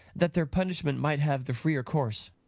that their punishment might have the freer course.